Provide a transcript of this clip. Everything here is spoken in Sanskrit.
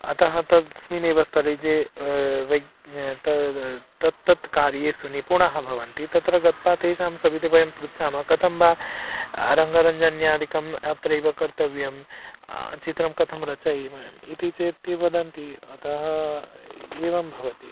अतः तस्मिन्नेव स्तरे जे वै तद् तत्तत्कार्येषि निपुणाः भवन्ति तत्र गत्वा तेषां सविधे वयं पृच्छामः कथं वा रङ्गरञ्जन्यादिकम् अत्रैव कर्तव्यं चित्रं कथं रचयितव्यम् इति चेत् ते वदन्ति अतः एवं भवति